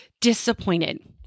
disappointed